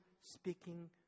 speaking